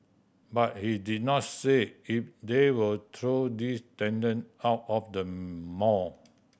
but he did not say if they will throw these tenant out of the mall